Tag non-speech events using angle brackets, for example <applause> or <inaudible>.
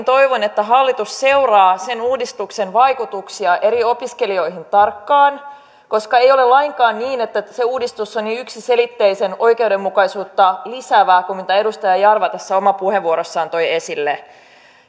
<unintelligible> toivon että hallitus seuraa sen uudistuksen vaikutuksia eri opiskelijoihin tarkkaan koska ei ole lainkaan niin että se uudistus on niin yksiselitteisen oikeudenmukaisuutta lisäävää kuin mitä edustaja jarva tässä omassa puheenvuorossaan toi esille